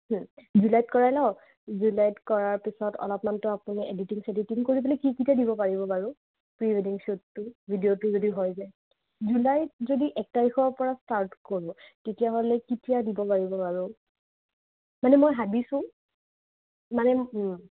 জুলাইত কৰাই লওঁ জুলাইত কৰাৰ পিছত অলপমানতো আপুনি এডিটিং চেডিটিং কৰিবলৈ কি কেতিয়া দিব পাৰিব বাৰু প্ৰি ৱেডিং শ্বুটটো ভিডিঅ'টো যদি হৈ যায় জুলাইত যদি এক তাৰিখৰ পৰা ষ্টাৰ্ট কৰোঁ তেতিয়াহ'লে কেতিয়া দিব পাৰিব বাৰু মানে মই ভাবিছোঁ মানে